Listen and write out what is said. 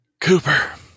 Cooper